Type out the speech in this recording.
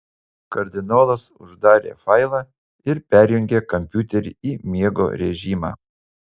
kardinolas uždarė failą ir perjungė kompiuterį į miego režimą